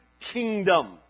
kingdom